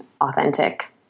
authentic